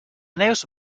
neus